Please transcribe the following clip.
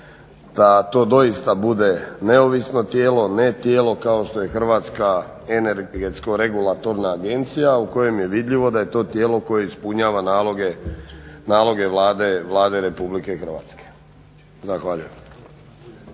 da to doista bude neovisno tijelo, ne tijelo kao što je HERA u kojoj je vidljivo da je to tijelo koje ispunjava naloge Vlade Republike Hrvatske. Zahvaljujem.